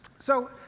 so,